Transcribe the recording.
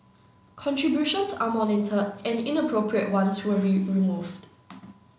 contributions are monitored and inappropriate ones will be removed